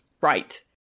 right